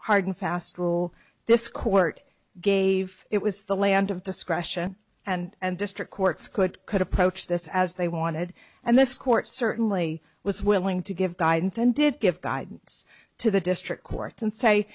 hard and fast rule this court gave it was the land of discretion and district courts quite could approach this as they wanted and this court certainly was willing to give guidance and did give guidance to the district court and say